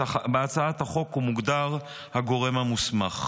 בהצעת החוק הוא מוגדר הגורם המוסמך.